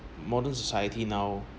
modern society now